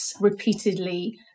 repeatedly